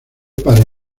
para